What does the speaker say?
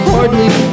Hardly